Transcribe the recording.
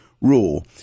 rule